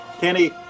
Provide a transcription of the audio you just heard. Kenny